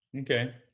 okay